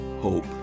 hope